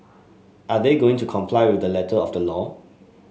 are they going to comply with the letter of the law